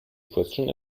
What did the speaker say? question